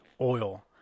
oil